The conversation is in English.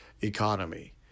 economy